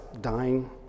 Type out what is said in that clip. dying